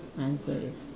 my answer is